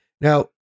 Now